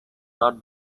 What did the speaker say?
not